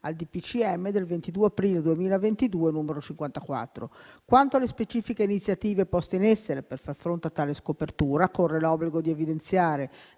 al DPCM del 22 aprile 2022, n. 54. Quanto alle specifiche iniziative poste in essere per far fronte a tale scopertura, corre l'obbligo di evidenziare